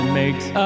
makes